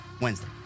Wednesday